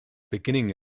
beginning